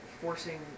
forcing